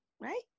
right